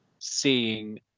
seeing